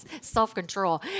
self-control